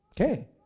okay